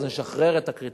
ואז נשחרר את הקריטריונים.